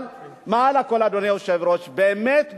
אבל מעל לכול, אדוני היושב-ראש, באמת באמת,